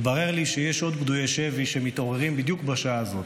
התברר לי שיש עוד פדויי שבי שמתעוררים בדיוק בשעה הזאת.